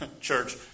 Church